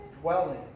dwelling